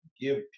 give